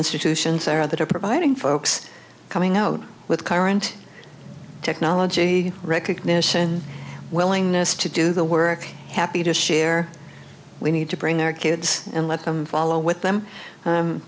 institutions are that are providing folks coming out with current technology recognition willingness to do the work happy to share we need to bring our kids and let them follow with them